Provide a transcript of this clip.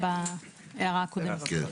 לא נתנו מענה עדיין.